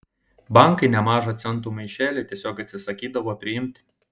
bankai nemažą centų maišelį tiesiog atsisakydavo priimti